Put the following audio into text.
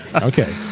okay,